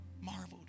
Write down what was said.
marveled